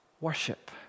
Worship